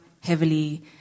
heavily